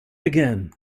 again